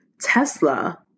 Tesla